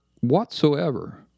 whatsoever